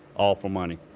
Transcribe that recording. all for money.